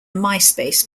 myspace